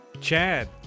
Chad